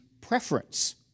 preference